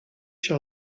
się